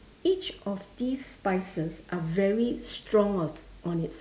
each of these spices are very strong on on its